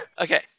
okay